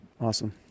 Awesome